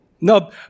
No